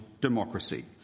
democracy